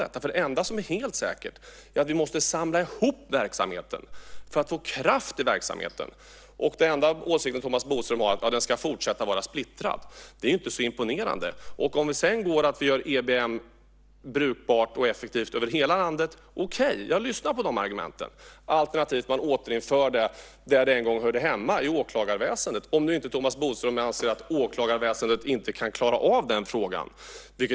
Det enda som är helt säkert är att vi måste samla ihop verksamheten för att få kraft i verksamheten. Den enda åsikten Thomas Bodström har är att den ska fortsätta att vara splittrad. Det är inte så imponerande. Om det sedan går att göra EBM brukbar och effektiv över hela landet - ja, okej, jag lyssnar på de argumenten. Alternativet är att återinföra den där den en gång hörde hemma, nämligen i åklagarväsendet - om nu inte Thomas Bodström anser att åklagarväsendet inte kan klara av den frågan.